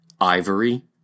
ivory